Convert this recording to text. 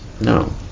No